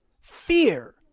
fear